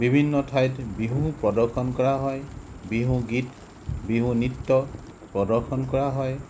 বিভিন্ন ঠাইত বিহু প্ৰদৰ্শন কৰা হয় বিহু গীত বিহু নৃত্য প্ৰদৰ্শন কৰা হয়